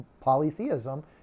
polytheism